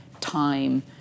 time